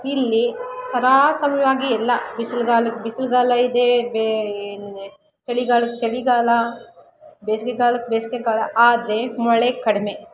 ಇಲ್ಲಿ ಸದಾ ಸಮಯವಾಗಿ ಎಲ್ಲ ಬಿಸಿಲ್ಗಾಲಕ್ಕೆ ಬಿಸಿಲುಗಾಲ ಇದೆ ಬೇ ಚಳಿಗಾಲಕ್ಕೆ ಚಳಿಗಾಲ ಬೇಸ್ಗೆಗಾಲಕ್ಕೆ ಬೇಸಿಗೆ ಕಾಲ ಆದರೆ ಮಳೆ ಕಡಿಮೆ